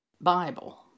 Bible